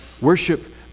Worship